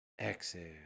Exhale